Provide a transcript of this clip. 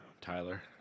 Tyler